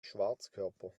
schwarzkörper